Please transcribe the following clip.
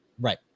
Right